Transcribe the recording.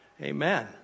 Amen